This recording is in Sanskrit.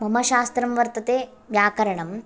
मम शास्त्रं वर्तते व्याकरणम्